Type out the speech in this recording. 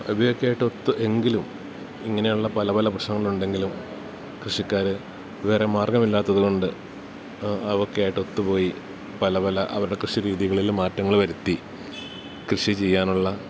ഇവയൊക്കെയായിട്ട് ഒത്ത് എങ്കിലും ഇങ്ങനെയുള്ള പല പല പ്രശ്നങ്ങളുണ്ടെങ്കിലും കൃഷിക്കാര് വേറെ മാർഗ്ഗമില്ലാത്തതുകൊണ്ട് അതൊക്കെയായിട്ടൊത്തുപോയി പല പല അവരുടെ കൃഷി രീതികളില് മാറ്റങ്ങള് വരുത്തി കൃഷി ചെയ്യാനുള്ള